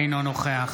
אינו נוכח